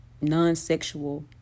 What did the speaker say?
non-sexual